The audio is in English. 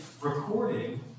recording